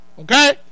Okay